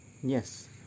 Yes